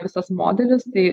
visas modelis tai